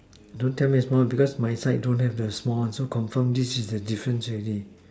don't tell me the small one because my side don't have the small one so confirm this is the difference already